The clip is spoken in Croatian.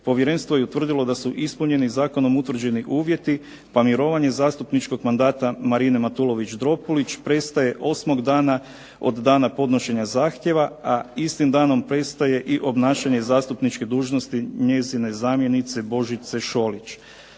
Povjerenstvo je utvrdilo da su ispunjeni zakonom utvrđeni uvjeti, pa mirovanje zastupničkog mandata Marine Matulović Dropulić prestaje osmog dana od dana podnošenja zahtjeva, a istim danom prestaje i obnašanje zastupničke dužnosti njezine zamjenice Božice Šolić.